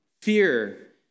Fear